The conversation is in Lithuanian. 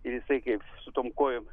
ir jisai kaip su tom kojom